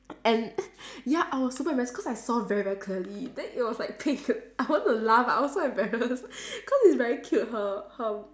and ya I was super embarrassed cause I saw very very clearly then it was like pink I want to laugh I was so embarrassed cause it's very cute her her